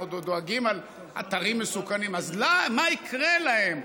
אנחנו דואגים מאתרים מסוכנים, אז מה יקרה להם?